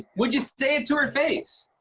would you say it to her face?